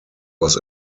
was